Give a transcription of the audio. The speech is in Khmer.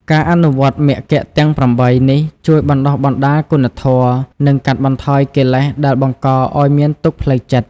ការអនុវត្តន៍មគ្គទាំង ៨ នេះ ជួយបណ្ដុះបណ្ដាលគុណធម៌ និងកាត់បន្ថយកិលេសដែលបង្កឲ្យមានទុក្ខផ្លូវចិត្ត។